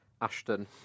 Ashton